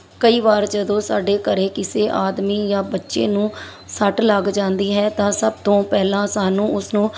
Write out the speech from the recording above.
ਕਈ ਵਾਰ ਜਦੋਂ ਸਾਡੇ ਘਰ ਕਿਸੇ ਆਦਮੀ ਜਾਂ ਬੱਚੇ ਨੂੰ ਸੱਟ ਲੱਗ ਜਾਂਦੀ ਹੈ ਤਾਂ ਸਭ ਤੋਂ ਪਹਿਲਾਂ ਸਾਨੂੰ ਉਸਨੂੰ